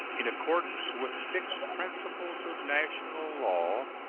in accordance with fixed principles of national law,